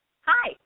Hi